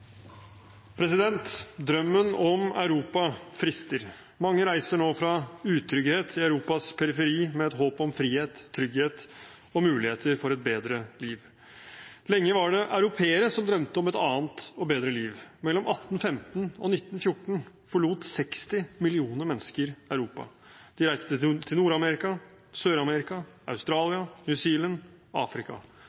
Drømmen om Europa frister. Mange reiser nå fra utrygghet i Europas periferi med et håp om frihet, trygghet og muligheter for et bedre liv. Lenge var det europeere som drømte om et annet og bedre liv. Mellom 1815 og 1914 forlot 60 millioner mennesker Europa. De reiste til Nord-Amerika, Sør-Amerika, Australia, New Zealand og Afrika.